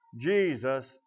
Jesus